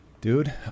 Dude